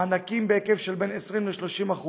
מענקים בהיקף שבין 20% ל-30%,